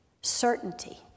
certainty